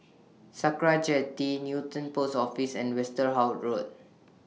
Sakra Jetty Newton Post Office and Westerhout Road